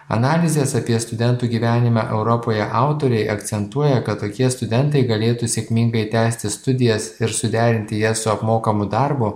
analizės apie studentų gyvenime europoje autoriai akcentuoja kad tokie studentai galėtų sėkmingai tęsti studijas ir suderinti jas su apmokamu darbu